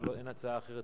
אין הצעה אחרת.